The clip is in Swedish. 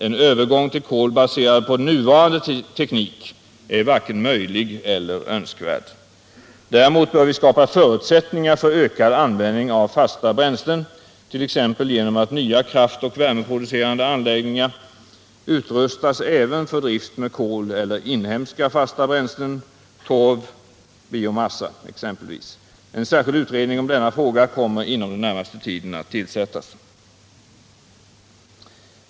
En övergång till kol baserad på nuvarande teknik är varken möjlig eller önskvärd. Däremot bör vi skapa förutsättningar för ökad användning av fasta bränslen, t.ex. genom att nya kraftoch värmeproducerande anläggningar utrustas även för drift med kol eller inhemska fasta bränslen, exempelvis torv och biomassa. En särskild utredning om denna fråga kommer inom den närmaste tiden att tillsättas.